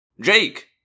Jake